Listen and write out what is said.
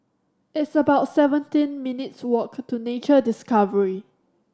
it's about seventeen minutes' walk to Nature Discovery